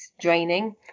draining